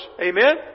Amen